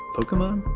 pokemon.